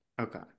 Okay